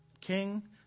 king